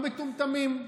המטומטמים.